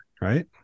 right